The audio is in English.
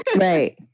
right